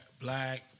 black